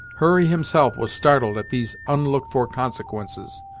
hurry himself was startled at these unlooked for consequences,